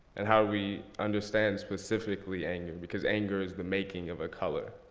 and how do we understand specifically anger? because anger is the making of a color.